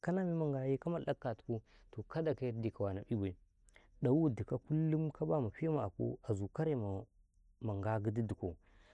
kana memma ngwaye ka malɗaka katuko toh kadda ka yardi ka waana'ibai ɗawu dikaw kullum kaba mafema akaw azu karema nga gidi dikaw.